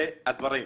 זה הדברים.